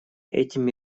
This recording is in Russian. этими